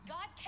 God